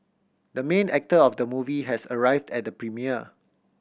the main actor of the movie has arrived at the premiere